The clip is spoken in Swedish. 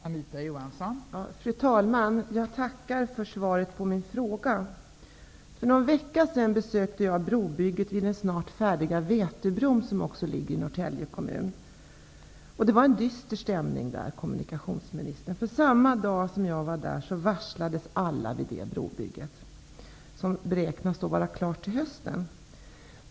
Fru talman! Jag tackar för svaret på min fråga. För någon vecka sedan besökte jag brobygget vid den snart färdiga Vätöbron, som också ligger i Norrtälje kommun. Det var en dyster stämning där. Samma dag som jag var där varslades alla vid det brobygget, som beräknas vara klart till hösten.